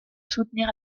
soutenir